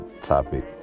topic